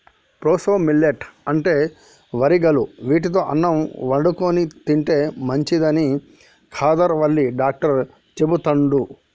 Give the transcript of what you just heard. proso millet అంటే వరిగలు వీటితో అన్నం వండుకొని తింటే మంచిదని కాదర్ వల్లి డాక్టర్ చెపుతండు